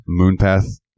Moonpath